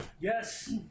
Yes